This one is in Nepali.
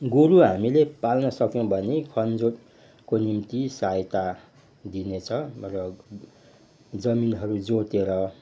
गोरु हामीले पाल्नसक्यौँ भने खनजोतको निम्ति सहायता दिनेछ र जमिनहरू जोतेर